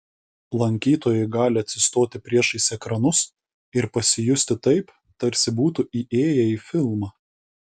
lankytojai gali atsistoti priešais ekranus ir pasijusti taip tarsi būtų įėję į filmą